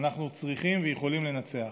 אנחנו צריכים ויכולים לנצח.